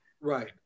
Right